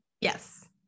Yes